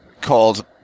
called